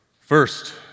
First